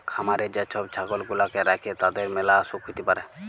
খামারে যে সব ছাগল গুলাকে রাখে তাদের ম্যালা অসুখ হ্যতে পারে